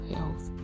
Health